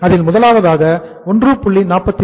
அதில் முதலாவதாக 1